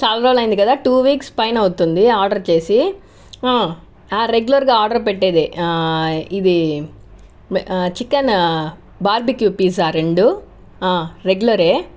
చాలా రోజులు అయింది కదా టూ వీక్స్ పైన అవుతుంది ఆర్డర్ చేసి రెగ్యులర్గా ఆర్డర్ పెట్టేదే ఇది చికెన్ బార్బీక్యూ పిజ్జా రెండు రెగ్యులర్